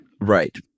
Right